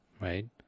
right